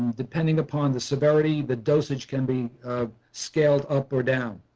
depending upon the severity, the dosage can be a scaled up or down.